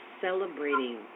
celebrating